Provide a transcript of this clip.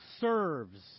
serves